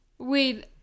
Wait